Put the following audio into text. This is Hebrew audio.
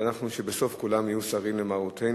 ושבסוף כולם יהיו סרים למרותנו,